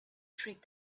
streak